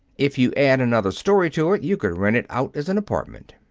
if you add another story to it, you could rent it out as an apartment.